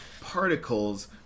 particles